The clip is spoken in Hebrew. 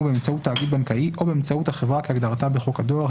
באמצעות תאגיד בנקאי או באמצעות החברה כהגדרתה בחוק הדואר,